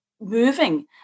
moving